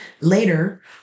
Later